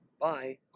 Bye